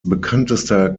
bekanntester